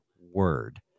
word